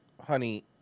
honey